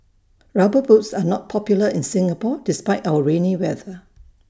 rubber boots are not popular in Singapore despite our rainy weather